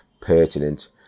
pertinent